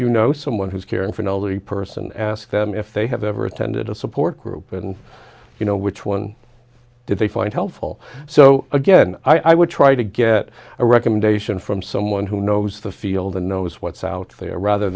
you know someone who is caring for elderly person ask them if they have ever attended a support group and you know which one did they find helpful so again i would try to get a recommendation from someone who knows the field and knows what's out there rather